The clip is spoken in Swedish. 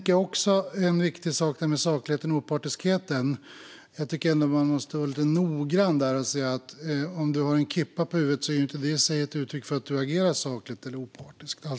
En annan viktig sak som man måste vara noggrann med, apropå sakligheten och opartiskheten, är att om du har en kippa på huvudet är inte detta i sig ett uttryck för att du agerar osakligt och partiskt.